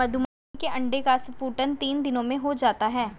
मधुमक्खी के अंडे का स्फुटन तीन दिनों में हो जाता है